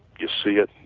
you see it,